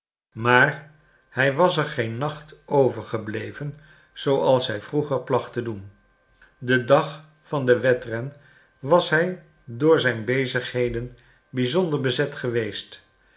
maar hij was er geen nacht overgebleven zooals hij vroeger placht te doen den dag van den wedren was hij door zijn bezigheden bizonder bezet geweest